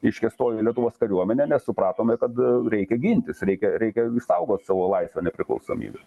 reiškia stojom į lietuvos kariuomenę nes supratome kad reikia gintis reikia reikia išsaugot savo laisvę nepriklausomybę